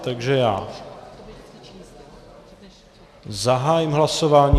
Takže zahájím hlasování.